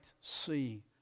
see